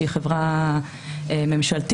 שהיא חברה ממשלתית,